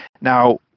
Now